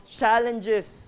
challenges